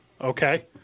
okay